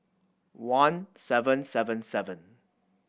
one seven seven seven